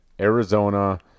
Arizona